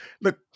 look